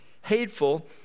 hateful